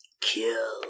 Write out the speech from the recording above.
Kill